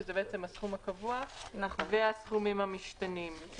שזה בעצם הסכום הקבוע והסכומים המשתנים.